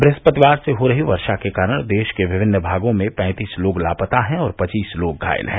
बृहस्पतिवार से हो रही वर्षा के कारण देश के विभिन्न भागों में पैंतीस लोग लापता हैं और पचीस लोग घायल हैं